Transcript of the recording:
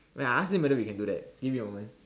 I ask him whether we can do that give me a moment